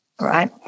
right